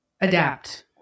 adapt